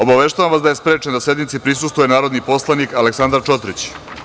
Obaveštavam vas da je sprečen da sednici prisustvuje narodni poslanik Aleksandra Čotrić.